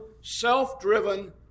self-driven